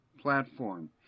platform